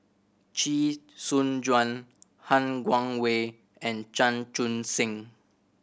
Chee Soon Juan Han Guangwei and Chan Chun Sing